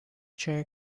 chair